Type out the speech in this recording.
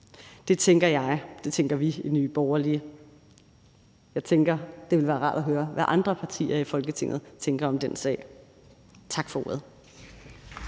Det tænker jeg, og det tænker vi i Nye Borgerlige. Jeg tænker, at det vil være rart at høre, hvad andre partier i Folketinget tænker om den sag. Tak for ordet.